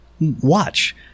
watch